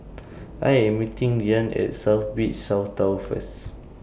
I Am meeting Deanne At South Beach South Tower First